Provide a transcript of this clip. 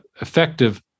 effective